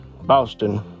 boston